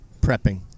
prepping